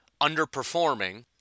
underperforming